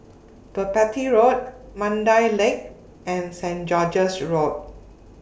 Merpati Road Mandai Lake and Saint George's Road